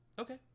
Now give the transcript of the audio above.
Okay